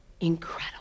incredible